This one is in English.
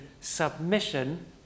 submission